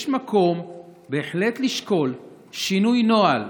יש מקום בהחלט לשקול שינוי נוהל.